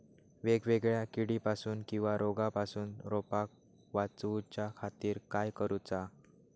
वेगवेगल्या किडीपासून किवा रोगापासून रोपाक वाचउच्या खातीर काय करूचा?